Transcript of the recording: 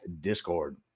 Discord